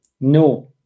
No